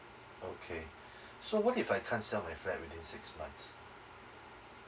okay so what if I can't sell my flat within six months